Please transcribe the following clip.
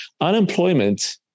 Unemployment